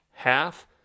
Half